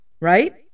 right